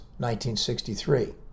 1963